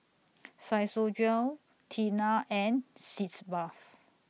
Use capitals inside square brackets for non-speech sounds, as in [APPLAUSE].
[UNINTELLIGIBLE] Tena and Sitz Bath